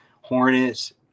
Hornets